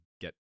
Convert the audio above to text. get